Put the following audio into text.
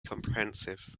comprehensive